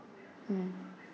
mm